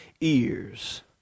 ears